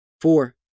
Four